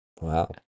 Wow